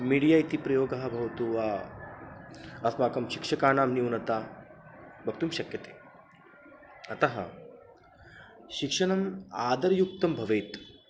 media इति प्रयोगः भवतु वा अस्माकं शिक्षकानां न्यूनता वक्तुं शक्यते अतः शिक्षणम् आधरयुक्तं भवेत्